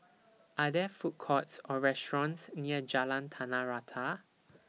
Are There Food Courts Or restaurants near Jalan Tanah Rata